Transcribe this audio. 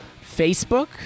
Facebook